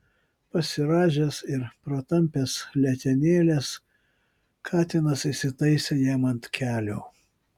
pasirąžęs ir pratampęs letenėles katinas įsitaisė jam ant kelių